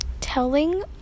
telling